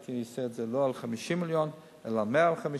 הייתי עושה את זה לא על 50 מיליון אלא על 150 מיליון,